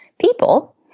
people